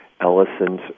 Ellison's